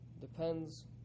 depends